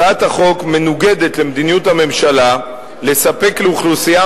הצעת החוק מנוגדת למדיניות הממשלה לספק לאוכלוסייה